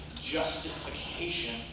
justification